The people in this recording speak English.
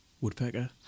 Woodpecker